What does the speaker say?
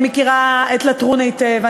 אני מכירה את לטרון היטב,